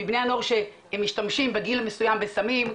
מבני הנוער שמשתמשים בגיל מסוים בסמים,